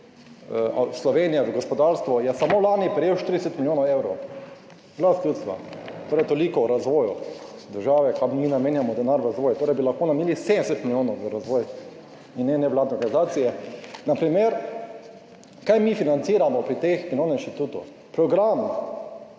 Slovenije v gospodarstvu –, prejel 40 milijonov evrov, Glas ljudstva. Torej toliko o razvoju države, kam mi namenjamo denar v razvoj. Torej bi lahko namenili 70 milijonov za razvoj in ne za nevladne organizacije. Na primer, kaj mi financiramo pri tem Mirovnem inštitutu? Program